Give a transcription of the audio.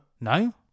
No